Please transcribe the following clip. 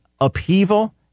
upheaval